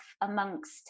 amongst